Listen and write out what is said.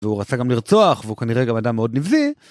והוא רצה גם לרצוח והוא כנראה גם אדם מאוד נבזי.